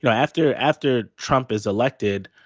you know after after trump is elected,